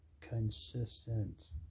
consistent